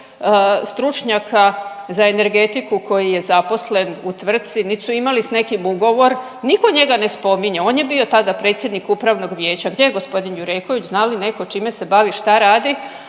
stručnjaka za energetiku koji je zaposlen u tvrtci, niti su imali sa nekim ugovor. Nitko njega ne spominje. On je bio tada predsjednik Upravnog vijeća. Gdje je gospodin Jureković? Zna li netko čime se bavi, šta radi?